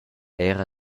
era